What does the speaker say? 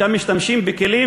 שם משתמשים בכלים